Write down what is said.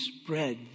spread